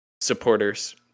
supporters